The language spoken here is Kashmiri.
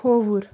کھووُر